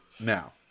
now